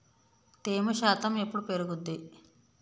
తేమ శాతం ఎప్పుడు పెరుగుద్ది?